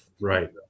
Right